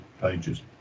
pages